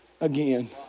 again